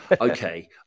Okay